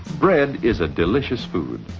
bread is a delicious food.